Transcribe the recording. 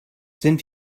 sind